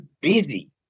busy